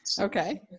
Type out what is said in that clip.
okay